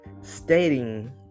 stating